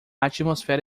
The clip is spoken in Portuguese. atmosfera